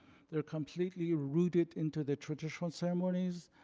they're completely rooted into the traditional ceremonies.